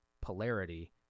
Polarity